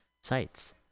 sites